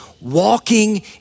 walking